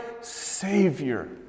Savior